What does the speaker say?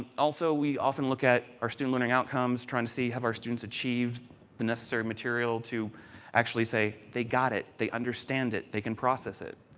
also, we often look at our student learning outcomes, trying to see have our students achieved the necessary material to actually say, they got it, they understand it, they can process it.